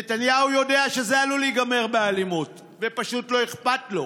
נתניהו יודע שזה עלול להיגמר באלימות ופשוט לא אכפת לו.